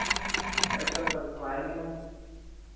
अरे कल परसों आएँगे मैम